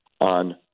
on